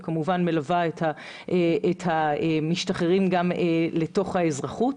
וכמובן מלווה את המשתחררים גם לתוך האזרחות.